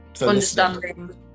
Understanding